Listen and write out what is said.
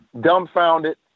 dumbfounded